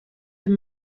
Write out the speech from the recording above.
amb